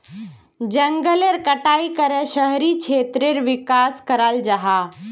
जनगलेर कटाई करे शहरी क्षेत्रेर विकास कराल जाहा